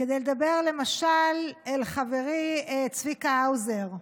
אל חברי צביקה האוזר.